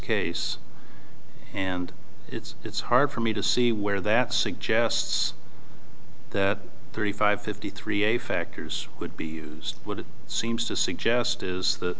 case and it's it's hard for me to see where that suggests that thirty five fifty three a factors would be used would it seems to suggest is that